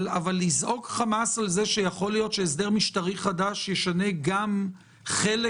אבל לזעוק חמס על כך שייתכן שהסדר משטרי חדש ישנה גם חלק